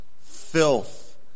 filth